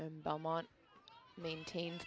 and belmont maintained